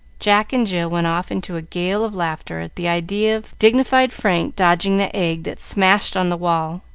jack and jill went off into a gale of laughter at the idea of dignified frank dodging the egg that smashed on the wall,